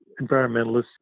environmentalists